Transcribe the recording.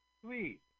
Sweet